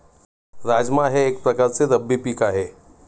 राजमा हे एक प्रकारचे रब्बी पीक आहे